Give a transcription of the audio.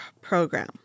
program